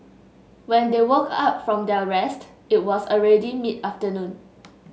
when they woke up from their rest it was already mid afternoon